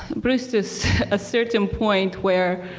brews to so a certain point where